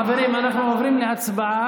חברים, אנחנו עוברים להצבעה.